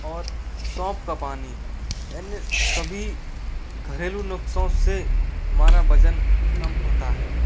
और सौंफ का पानी इन सभी घरेलू नुक्सों से हमारा वजन कम होता है